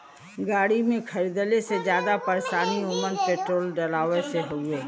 गाड़ी खरीदले से जादा परेशानी में ओमन पेट्रोल डलवावे से हउवे